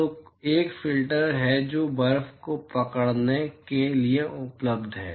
तो एक फिल्टर है जो बर्फ को पकड़ने के लिए उपलब्ध है